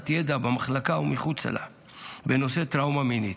ידע במחלקה ומחוצה לה בנושא טראומה מינית.